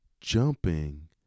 jumping